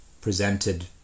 presented